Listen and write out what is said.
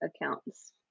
accounts